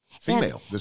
female